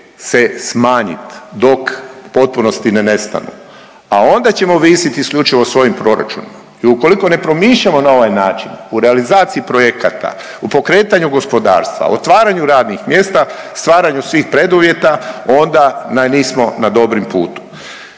se smanjit dok u potpunosti ne nestanu, a onda ćemo ovisiti isključivo o svojim proračunima i ukoliko ne promišljamo na ovaj način u realizaciji projekata, u pokretanju gospodarstva, otvaranju radnih mjesta, stvaranju svih preduvjeta, onda nismo na dobrom putu.